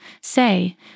say